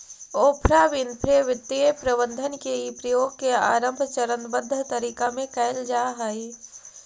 Oprah Winfrey वित्तीय प्रबंधन के इ प्रयोग के आरंभ चरणबद्ध तरीका में कैइल जा हई